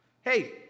Hey